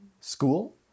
School